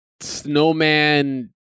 snowman